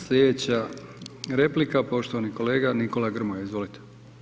Slijedeća replika poštovani kolega Nikola Grmoja, izvolite.